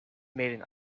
made